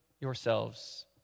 yourselves